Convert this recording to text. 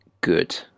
good